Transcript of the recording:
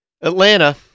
Atlanta